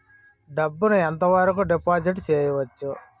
డబ్బు ను ఎంత వరకు డిపాజిట్ చేయవచ్చు?